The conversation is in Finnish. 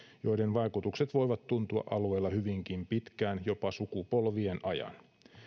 joiden vaikutukset voivat tuntua alueella hyvinkin pitkään jopa sukupolvien ajan